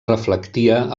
reflectia